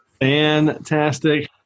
Fantastic